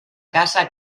casa